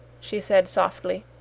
she said, softly.